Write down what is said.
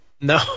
No